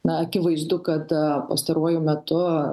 na akivaizdu kad pastaruoju metu